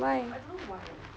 why